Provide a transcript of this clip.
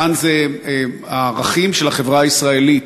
כאן זה הערכים של החברה הישראלית,